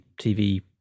TV